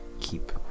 keep